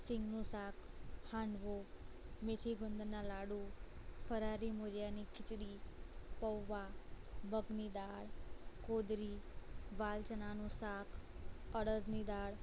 સિંગનું શાક હાંડવો મેથીગુંદના લાડુ ફરારી મુરયાની ખિચડી પૌવા મગની દાળ કોદરી વાલ ચણાનું શાક અળદની દાળ